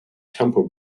temple